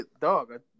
dog